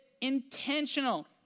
intentional